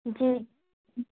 जी